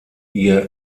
ihr